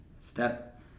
step